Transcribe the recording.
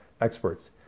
experts